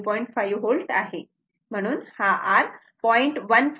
5 V आहे म्हणून हा r 0